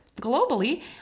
globally